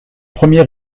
premiers